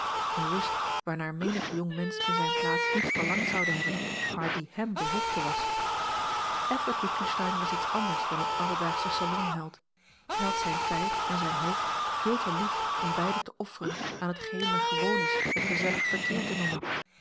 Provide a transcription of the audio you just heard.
een rust waarnaar menig jongmensch in zijne plaats niet verlangd zoude hebben maar die hem behoefte was eckbert witgensteyn was iets anders dan een alledaagsche salonheld hij had zijn tijd en zijn hoofd veel te lief om beide te offeren aan hetgeen men gewoon is het gezellig verkeer te noemen